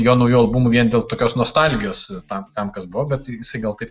jo naujų albumų vien dėl tokios nostalgijos tam tam kas buvo bet jis gal taip